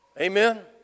Amen